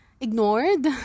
ignored